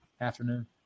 afternoon